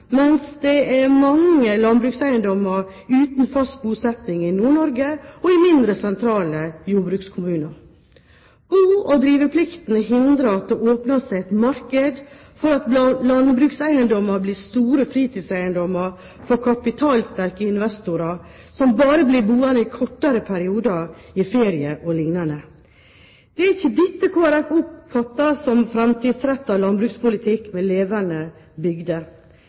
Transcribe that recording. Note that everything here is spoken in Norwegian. mens det er mange landbrukseiendommer uten fast bosetting i Nord-Norge og i mindre sentrale jordbrukskommuner. Bo- og driveplikt hindrer at det åpner seg et marked for at landbrukseiendommer blir store fritidseiendommer for kapitalsterke investorer som bare blir boende i kortere perioder, i ferier o.l. Det er ikke dette Kristelig Folkeparti oppfatter som en framtidsrettet landbrukspolitikk med levende